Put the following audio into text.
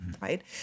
right